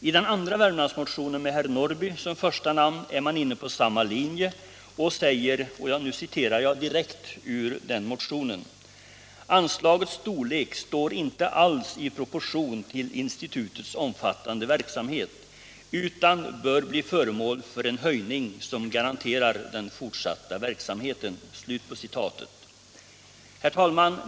I den andra Värmlandsmotionen med herr Norrby som första namn är man inne på samma linje och säger: ”Anslagets storlek står inte alls i proportion till institutets omfattande verksamhet utan bör bli föremål för en höjning, som garanterar den fortsatta verksamheten.” Herr talman!